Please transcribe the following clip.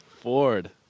Ford